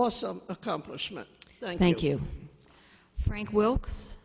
awesome accomplishment thank you frank wilkes